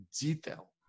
detail